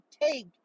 take